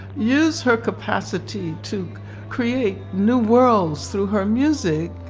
use her capacity to create new worlds through her music,